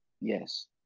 yes